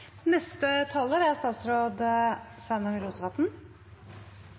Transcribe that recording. Neste taler er